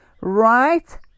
Right